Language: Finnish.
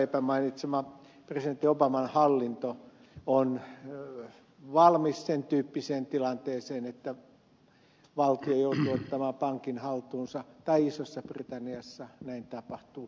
lepän mainitsema presidentti obaman hallinto on valmis sen tyyppiseen tilanteeseen että valtio joutuu ottamaan pankin haltuunsa tai isossa britanniassa näin tapahtuu